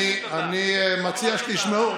אני מציע שתשמעו.